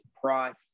price